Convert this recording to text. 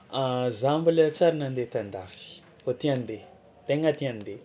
Za mbôla tsy ary nandeha tan-dafy fô tia handeha tegna tia tandeha,